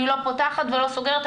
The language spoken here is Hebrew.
אני לא פותחת ולא סוגרת,